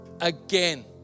again